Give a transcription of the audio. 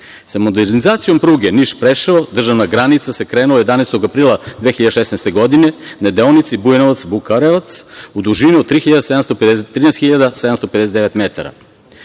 modernizacijom pruge Niš-Preševo-državna granica se krenulo 11. aprila 2016. godine na deonici Bujanovac-Bukarevac, u dužini od 13.759 metara.